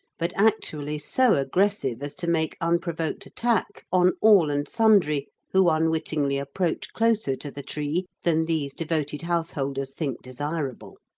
but actually so aggressive as to make unprovoked attack on all and sundry who unwittingly approach closer to the tree than these devoted householders think desirable.